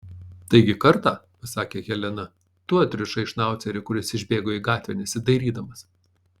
taigi kartą pasakė helena tu atrišai šnaucerį kuris išbėgo į gatvę nesidairydamas